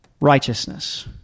righteousness